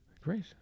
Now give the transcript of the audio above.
great